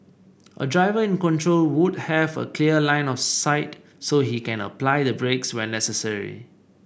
a driver in control would have a clear line of sight so he can apply the brakes when necessary